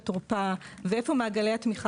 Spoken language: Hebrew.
<< יור >> האם אתם לוקחים את הערת המבקר והדוח